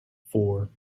four